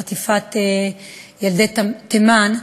של חטיפת ילדי תימן.